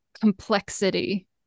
complexity